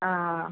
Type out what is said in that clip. ആ